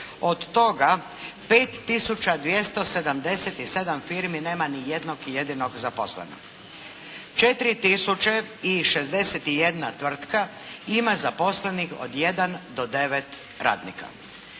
Od toga 5277 firmi nema ni jednog jedinog zaposlenog. 4061 tvrtka ima zaposlenih od jedan do devet radnika.